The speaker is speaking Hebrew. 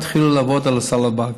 והתחילו כבר לעבוד על הסל הבא.